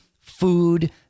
food